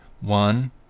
one